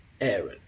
Aaron